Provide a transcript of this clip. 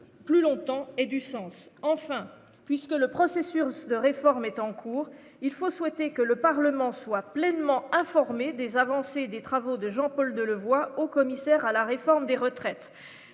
plus longtemps et du sens enfin puisque le processus de réforme est en cours, il faut souhaiter que le Parlement soit pleinement informé des avancées des travaux de Jean-Paul Delevoye Haut-commissaire à la réforme des retraites,